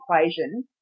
equation